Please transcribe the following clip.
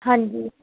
ਹਾਂਜੀ